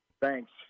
Thanks